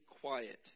quiet